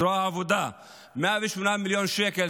זרוע העבודה, 108 מיליון שקל.